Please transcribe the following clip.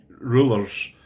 rulers